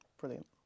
Brilliant